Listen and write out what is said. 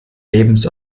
lebens